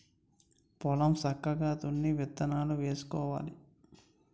పొలం సక్కగా దున్ని విత్తనాలు వేసుకోవాలి